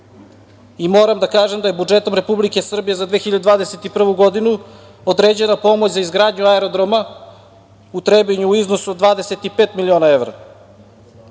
drugima. Moram da kažem da je budžetom Republike Srbije za 2021. godinu određena pomoć za izgradnju aerodroma u Trebinju u iznosu od 25 miliona Evra. Kako